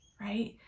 right